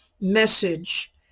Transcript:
message